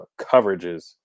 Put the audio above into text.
coverages